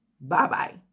Bye-bye